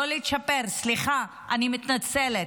לא לצ'פר, סליחה, אני מתנצלת,